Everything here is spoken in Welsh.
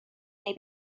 neu